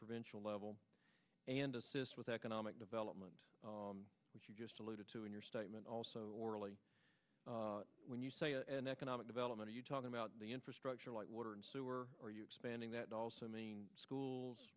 provincial level and assist with economic development that you just alluded to in your statement also orally when you say an economic development are you talking about the infrastructure like water and sewer are you expanding that also means schools